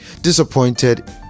disappointed